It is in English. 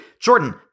Jordan